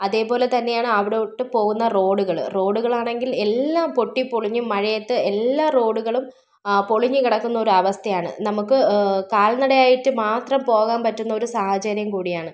അതേപോലെ തന്നെയാണ് അവിടോട്ട് പോകുന്ന റോഡുകൾ റോഡുകളാണെങ്കിൽ എല്ലാം പൊട്ടിപ്പൊളിഞ്ഞും മഴയത്ത് എല്ലാ റോഡുകളും ആ പൊളിഞ്ഞ് കിടക്കുന്നൊരു അവസ്ഥയാണ് നമുക്ക് കാൽ നടയായിട്ട് മാത്രം പോകാൻ പറ്റുന്ന ഒരു സാഹചര്യം കൂടിയാണ്